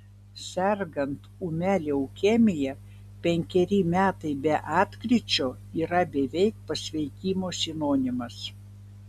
sergant ūmia leukemija penkeri metai be atkryčio yra beveik pasveikimo sinonimas